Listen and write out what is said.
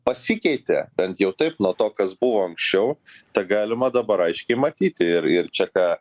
pasikeitė jau taip nuo to kas buvo anksčiau tegalima dabar aiškiai matyti ir ir čia ką